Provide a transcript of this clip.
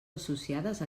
associades